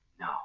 No